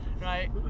right